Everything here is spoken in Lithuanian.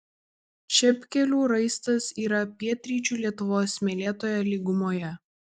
čepkelių raistas yra pietryčių lietuvos smėlėtoje lygumoje